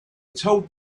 told